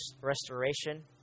restoration